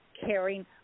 caring